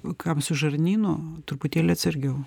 kam su žarnynu truputėlį atsargiau